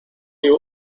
you